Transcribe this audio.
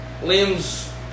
Liam's